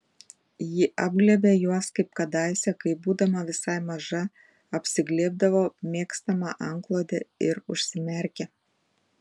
ji apglėbė juos kaip kadaise kai būdama visai maža apsiglėbdavo mėgstamą antklodę ir užsimerkė